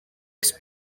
its